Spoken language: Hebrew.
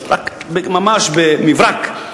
רק ממש במברק,